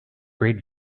great